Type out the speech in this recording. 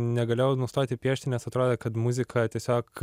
negalėjau nustoti piešti nes atrodė kad muzika tiesiog